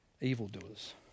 evildoers